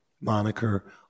moniker